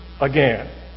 again